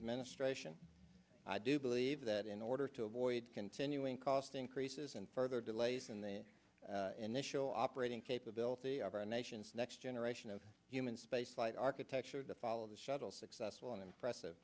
administration i do believe that in order to avoid continuing cost increases and further delays in the initial operating capability of our nation's next generation of human spaceflight architecture to follow the shuttle successful and impressive